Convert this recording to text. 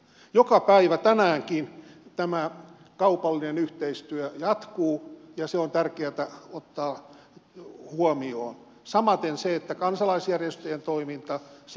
joka päivä tänäänkin tämä kaupallinen yhteistyö jatkuu ja se on tärkeätä ottaa huomioon samaten kansalaisjärjestöjen toiminta opiskelijat ja muut